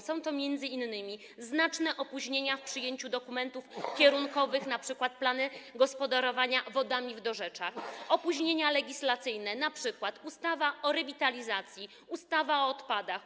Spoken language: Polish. Są to m.in. znaczne opóźnienia w przyjęciu dokumentów kierunkowych, np. planów gospodarowania wodami w dorzeczach, opóźnienia legislacyjne, np. ustawa o rewitalizacji, ustawa o odpadach,